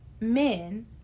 men